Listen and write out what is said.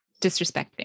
disrespecting